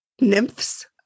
nymphs